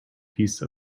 piece